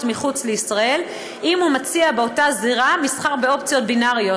מחוץ לישראל אם הוא מציע באותה זירה מסחר באופציות בינאריות,